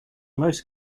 most